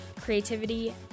creativity